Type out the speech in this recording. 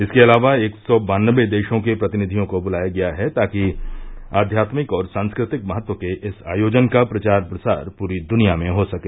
इसके अलावा एक सौ बानवे देशों के प्रतिनिधियों को बुलाया गया है ताकि आध्यात्मिक और सांस्कृतिक महत्व के इस आयोजन का प्रचार प्रसार प्री दुनिया में हो सके